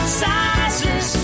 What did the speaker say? sizes